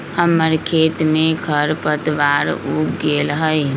हमर खेत में खरपतवार उग गेल हई